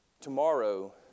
tomorrow